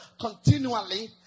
continually